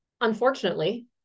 unfortunately